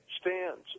stands